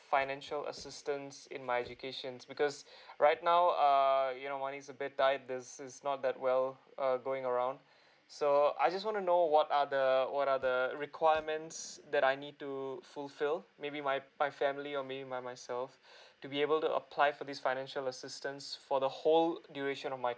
financial assistance in my educations because right now err you know money is a bit died this is not that well uh going around so I just want to know what are the what are the requirements that I need to fulfill maybe my my family or maybe my myself to be able to apply for this financial assistance for the whole duration of my